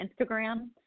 Instagram